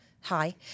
Hi